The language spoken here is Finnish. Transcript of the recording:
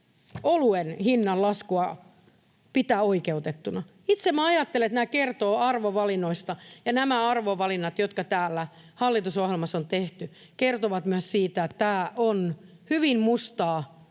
oluen hinnan, laskua pitää oikeutettuna. Itse ajattelen, että nämä kertovat arvovalinnoista ja nämä arvovalinnat, jotka hallitusohjelmassa on tehty, kertovat myös siitä, että tämä on hyvin mustaa